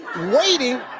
waiting